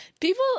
People